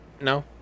No